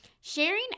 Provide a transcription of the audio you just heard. sharing